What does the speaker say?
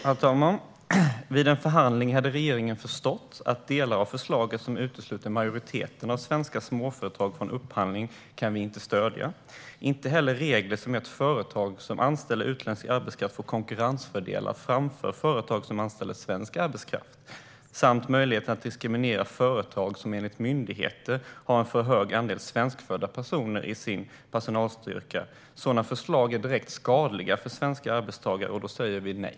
Herr talman! Vid en förhandling hade regeringen förstått att vi inte kan stödja de delar av förslaget som utesluter majoriteten av svenska småföretag från upphandling. Vi kan inte heller stödja regler som leder till att företag som anställer utländsk arbetskraft får konkurrensfördelar gentemot företag som anställer svensk arbetskraft, eller regler som gör det möjligt att diskriminera företag som enligt myndigheter har för stor andel svenskfödda i sin personalstyrka. Sådana förslag är direkt skadliga för svenska arbetstagare. Och då säger vi nej.